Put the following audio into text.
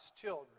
children